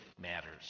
matters